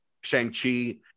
Shang-Chi